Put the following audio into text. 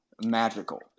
magical